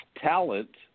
talent